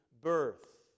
birth